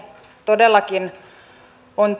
todellakin on